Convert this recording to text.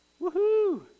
Woohoo